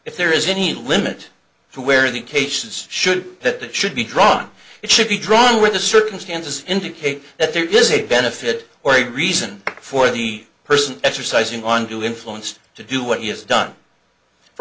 if there is any limit to where the cases should the should be drawn it should be drawn where the circumstances indicate that there is a benefit or a reason for the person exercising onto influenced to do what he has done for